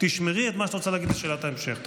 תשמרי את מה שאת רוצה להגיד לשאלת ההמשך.